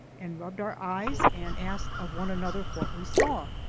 and rubbed our eyes, and asked of one another what we saw,